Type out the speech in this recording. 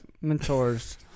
mentors